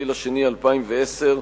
24 בפברואר 2010,